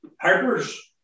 Harpers